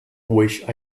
wish